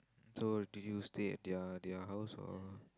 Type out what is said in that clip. so did you stay at their their house or